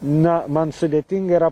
na man sudėtinga yra